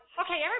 okay